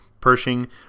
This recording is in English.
Pershing